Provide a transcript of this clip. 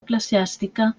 eclesiàstica